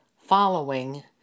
following